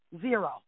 Zero